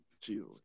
jesus